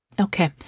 Okay